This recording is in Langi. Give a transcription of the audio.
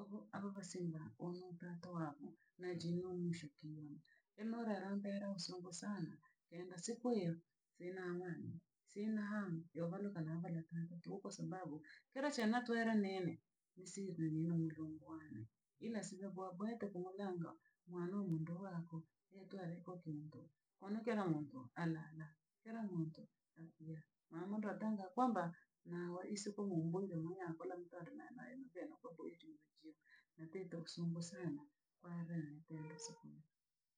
obho abha bhasimba onwu ntanta wabho neijinumu shekiiramu. Enhudharampero songo sana kenda siku iyo sina ang'wanii, sina hamu yovanokanava na tata tuhu kwasababu kira shena twere neene ni siri nalyela mlungu wane, ila cjaboha bwete ko bhaganga mwanoni ndo wako yeye tu aleko kintu konuke hamtu alala. kila muntu akuhiya. Mamura tanga kwamba naho isiku mumbwire mwe yako labda nateto osumbwe sana kwarene tu.